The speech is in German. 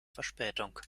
verspätung